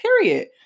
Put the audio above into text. Period